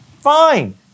fine